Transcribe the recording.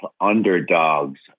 underdogs